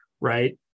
right